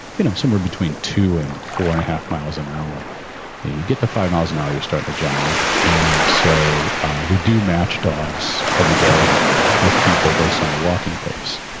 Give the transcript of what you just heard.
you know, somewhere between two and four and a half miles an hour and you get to five miles an hour, you start that jog. and so we do match dogs every day with people based on their walking pace.